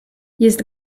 jest